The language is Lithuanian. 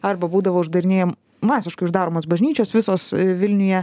arba būdavo uždarinėjam masiškai uždaromos bažnyčios visos vilniuje